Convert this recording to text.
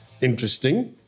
interesting